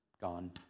gone